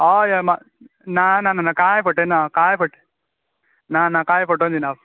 हय हय ना ना ना कांय फटयना कांय फट ना ना कांय फटोवन दिना